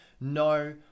no